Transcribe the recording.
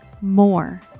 more